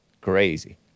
Crazy